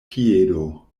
piedo